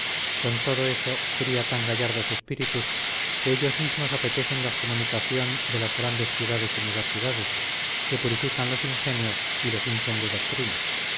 con todo eso cría tan gallardos espíritus que ellos mismos apetecen la comunicación de las grandes ciudades y universidades que purifican los ingenios y los hinchen de doctrina